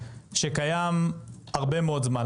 שקיים הרבה מאוד זמן,